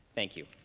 thank you